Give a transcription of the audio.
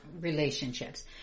relationships